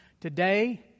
Today